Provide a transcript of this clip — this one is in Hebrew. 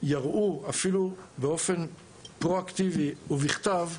יראו אפילו באופן פרו אקטיבי ובכתב,